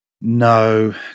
no